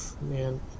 Man